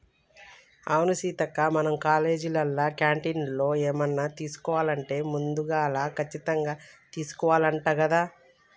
అవును సీతక్క మనం కాలేజీలో క్యాంటీన్లో ఏమన్నా తీసుకోవాలంటే ముందుగాల కచ్చితంగా తీసుకోవాల్నంట కదా